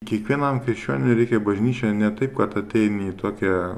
kiekvienam iš jo nereikia bažnyčia ne taip kad ateini į tokią